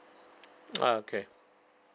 ah okay